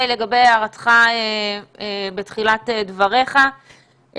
לגבי הערתך בתחילת דבריך,